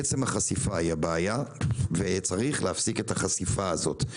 עצם החשיפה היא הבעיה וצריך להפסיק את החשיפה הזאת.